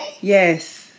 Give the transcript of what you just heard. Yes